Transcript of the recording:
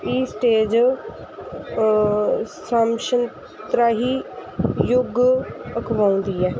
ਇਹ ਸਟੇਜ ਯੁੱਗ ਅਖਵਾਉਂਦੀ ਹੈ